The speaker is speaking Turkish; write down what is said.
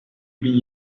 bin